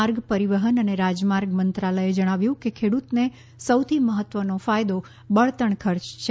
માર્ગ પરિવહન અને રાજમાર્ગ મંત્રાલયે જણાવ્યું કે ખેડૂતને સૌથી મહત્ત્વનો ફાયદો બળતણ ખર્ચ પર છે